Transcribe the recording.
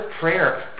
prayer